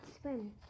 swim